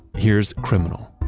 here's criminal